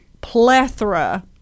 plethora